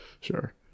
sure